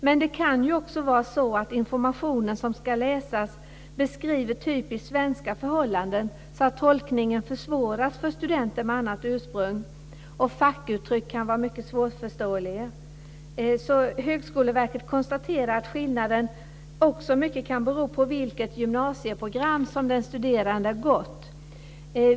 Men det kan också vara så att informationen som ska läsas beskriver typiskt svenska förhållanden, så att tolkningen försvåras för studenter med annat ursprung. Fackuttryck kan också vara mycket svårförståeliga. Högskoleverket konstaterar att skillnaderna också kan bero mycket på vilket gymnasieprogram som den studerande har gått.